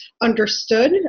understood